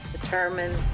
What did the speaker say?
determined